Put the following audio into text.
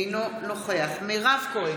אינו נוכח מירב כהן,